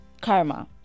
karma